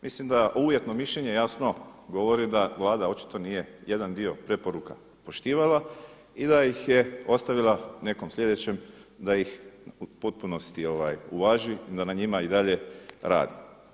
Mislim da uvjetno mišljenje jasno govori da Vlada očito nije jedan dio preporuka poštivala i da ih je ostavila nekom sljedećem da ih u potpunosti uvaži i da na njima i dalje radi.